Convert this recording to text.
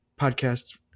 podcast